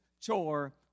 chore